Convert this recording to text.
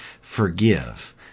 Forgive